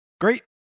Great